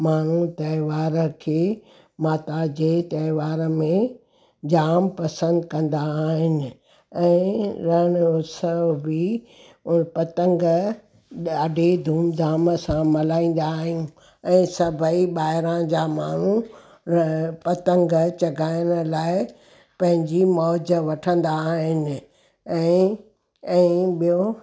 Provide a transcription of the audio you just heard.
माण्हू त्योहार खे माता जे त्योहार में जाम पसंदि कंदा आहिनि ऐं रण उत्सव बि पतंग ॾाढी धूम धाम सां मल्हाईंदा आहियूं ऐं सभई ॿाहिरां जा माण्हू पतंग चघाइण लाइ पंहिंजी मौज़ वठंदा आहिनि ऐं ऐं ॿियो